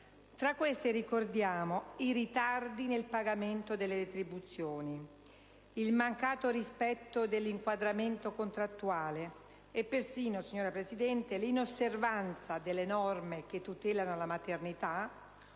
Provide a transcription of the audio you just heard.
tra queste, ricordiamo i ritardi nel pagamento delle retribuzioni, il mancato rispetto dell'inquadramento contrattuale e persino, signora Presidente, l'inosservanza delle norme che tutelano la maternità,